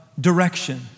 direction